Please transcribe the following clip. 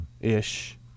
ish